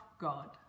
God